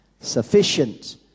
Sufficient